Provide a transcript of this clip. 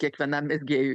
kiekvienam mezgėjui